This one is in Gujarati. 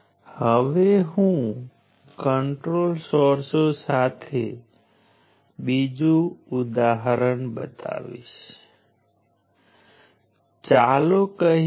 અહીં જ્યારે હું કહું છું કે આપણે એ એલિમેન્ટ વિશે વાત કરી રહ્યા છીએ કે જેની V I લાક્ષણિકતાનું આપણે આલેખન કરી રહ્યા છીએ